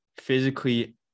physically